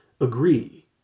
agree